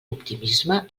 optimisme